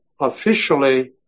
officially